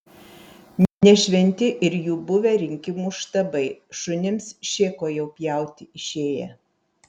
ne šventi ir jų buvę rinkimų štabai šunims šėko jau pjauti išėję